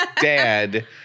dad